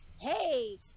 hey